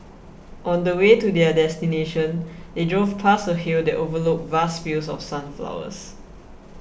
on the way to their destination they drove past a hill that overlooked vast fields of sunflowers